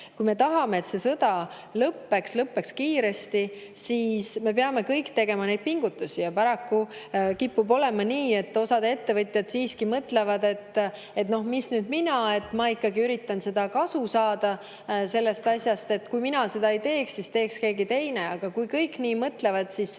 Kui me tahame, et see sõda lõppeks ja lõppeks kiiresti, siis me peame kõik tegema pingutusi. Paraku kipub olema nii, et osa ettevõtjaid siiski mõtlevad, et mis nüüd mina, ma üritan ikka saada sellest asjast kasu, sest kui mina seda ei teeks, siis teeks ju keegi teine. Aga kui kõik nii mõtlevad, siis